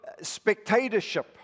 spectatorship